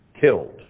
killed